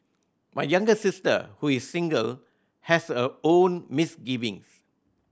my younger sister who is single has her own misgivings